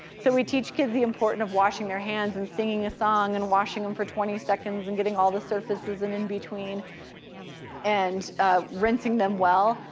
so we teach kids the importance of washing their hands and singing a song and washing them for twenty seconds and getting all the surfaces in in between and rinsing them well,